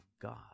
God